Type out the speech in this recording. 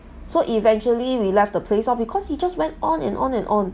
so eventually we left the place oh because he just went on and on and on